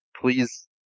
please